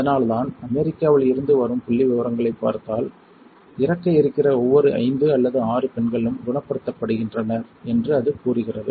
அதனால்தான் அமெரிக்காவில் இருந்து வரும் புள்ளிவிவரங்களைப் பார்த்தால் இறக்க இருக்கிற ஒவ்வொரு 5 அல்லது 6 பெண்களும் குணப்படுத்த படுகின்றனர் என்று அது கூறுகிறது